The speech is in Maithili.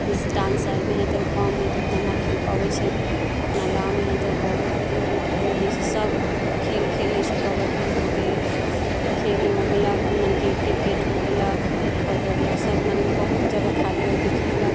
स्थान शहरमे तऽ कम हइ तऽ ओतना नहि खेल पबै छै अपना गाँव हइ तऽ बहुत मने सब खेल खेलै छै कबड्डी हो गेल खेल हो गेलक मने कि किरकेट हो गेलक फुटबॉल हो गेलक सब मने कि बहुत जगह खाली रहै छै खेललक